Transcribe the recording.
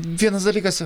vienas dalykas